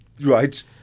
Right